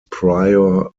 prior